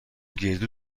گردو